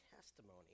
testimony